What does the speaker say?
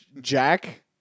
Jack